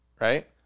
Right